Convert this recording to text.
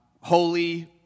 holy